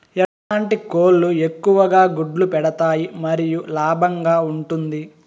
ఎట్లాంటి కోళ్ళు ఎక్కువగా గుడ్లు పెడతాయి మరియు లాభంగా ఉంటుంది?